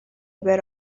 بره